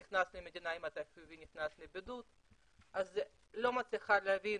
אתה נכנס למדינה ונכנס לבידוד אז לא מצליחה להבין.